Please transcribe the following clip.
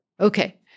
Okay